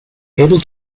able